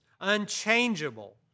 unchangeable